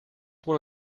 one